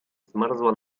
zmarzła